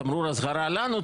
זה תמרור אזהרה לנו,